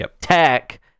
tech